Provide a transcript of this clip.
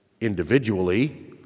individually